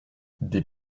des